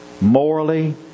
morally